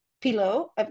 pillow